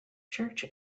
church